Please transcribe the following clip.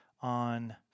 on